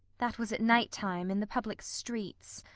that was at night time, in the public streets.